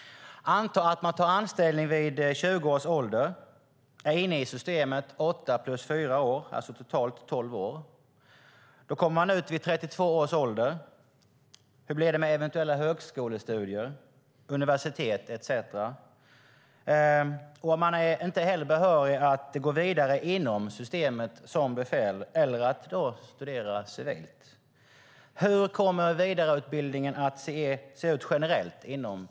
Antag att man tar anställning vid 20 års ålder och är inne i systemet i åtta plus fyra år, alltså totalt tolv år. Då kommer man ut vid 32 års ålder. Hur blir det med eventuella högskolestudier, universitet etcetera? Hur kommer vidareutbildningen att se ut generellt inom Försvarsmakten för den som varken är behörig att gå vidare inom systemet som befäl eller att studera civilt?